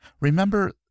Remember